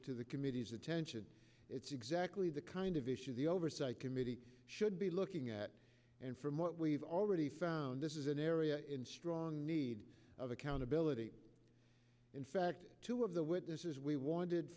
to the committee's attention it's exactly the kind of issue the oversight committee should be looking at and from what we've already found this is an area in strong need of accountability in fact two of the witnesses we wanted